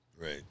Right